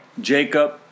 Jacob